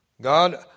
God